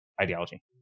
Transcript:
ideology